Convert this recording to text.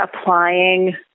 applying